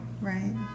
right